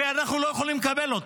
ואנחנו לא יכולים לקבל אותם.